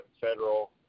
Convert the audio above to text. federal